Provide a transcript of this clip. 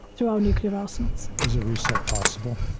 through our nuclear arsenals. is a reset possible?